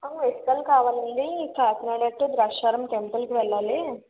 vehicle కావాలండి Kakinada to Draksharamam టెంపుల్కి వెళ్ళాలి